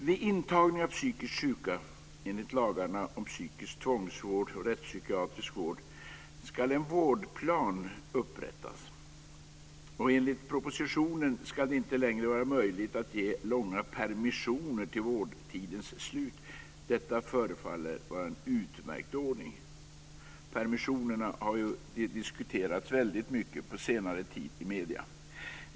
Vid intagning av psykiskt sjuka enligt lagarna om psykisk tvångsvård och rättspsykiatrisk vård ska en vårdplan upprättas. Enligt propositionen ska det inte längre vara möjligt att ge långa permissioner till vårdtidens slut. Detta förefaller vara en utmärkt ordning. Permissionerna har ju diskuterats väldigt mycket under senare tid i medierna.